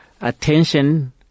attention